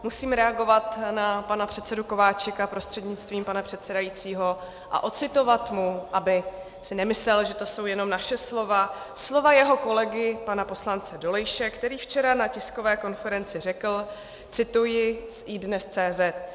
Musím reagovat na pana předsedu Kováčika prostřednictvím pana předsedajícího a odcitovat mu, aby si nemyslel, že to jsou jenom naše slova, slova jeho kolegy pana poslance Dolejše, který včera na tiskové konferenci řekl cituji iDnes.cz.